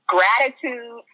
Gratitude